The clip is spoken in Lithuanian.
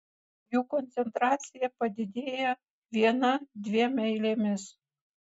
jų koncentracija padidėja viena dviem eilėmis